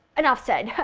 enough said.